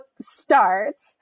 starts